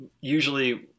usually